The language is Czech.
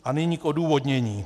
A nyní k odůvodnění.